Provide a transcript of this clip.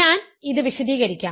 ഞാൻ ഇത് വിശദീകരിക്കാം